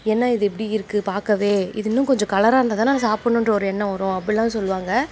என்ன இது இப்படி இருக்குது பார்க்கவே இது இன்னும் கொஞ்சம் கலராக இருந்தால் தானே சாப்பிட்ணுன்ற ஒரு எண்ணம் வரும் அப்படிலாம் சொல்லுவாங்க